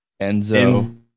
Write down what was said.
Enzo